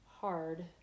hard